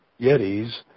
yetis